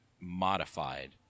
modified